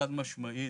חד משמעית,